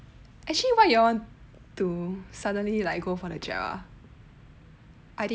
actually why you all want to suddenly like go for the job ah